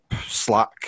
Slack